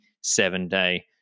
seven-day